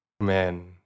man